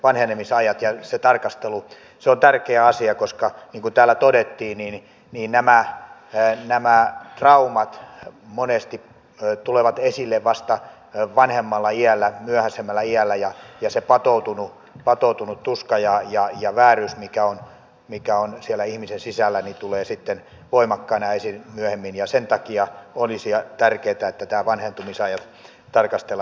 se tarkastelu on tärkeä asia koska niin kuin täällä todettiin nämä traumat monesti tulevat esille vasta vanhemmalla iällä ja se patoutunut tuska ja vääryys mikä on siellä ihmisen sisällä tulee sitten voimakkaana esiin myöhemmin ja sen takia olisi tärkeätä että näitä vanhentumisaikoja tarkastellaan